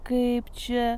kaip čia